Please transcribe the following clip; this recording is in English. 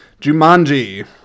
Jumanji